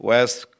West